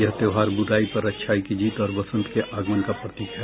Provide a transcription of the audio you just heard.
यह त्यौहार बुराई पर अच्छाई की जीत और बसंत के आगमन का प्रतीक है